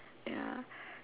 ya